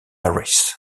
harris